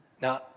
Now